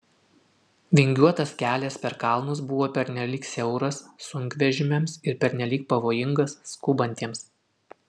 vingiuotas kelias per kalnus buvo pernelyg siauras sunkvežimiams ir pernelyg pavojingas skubantiems